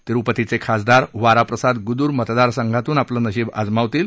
तिरुपतीचे खासदार वारा प्रसाद गुद्दूर मतदारसंघातून आपलं नशीब आजमावतील